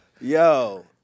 yo